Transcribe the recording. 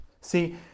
see